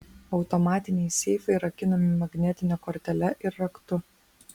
automatiniai seifai rakinami magnetine kortele ir raktu